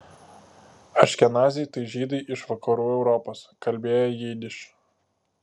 aškenaziai tai žydai iš vakarų europos kalbėję jidiš